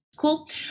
Cool